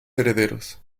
herederos